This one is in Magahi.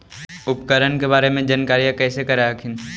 उपकरण के बारे जानकारीया कैसे कर हखिन?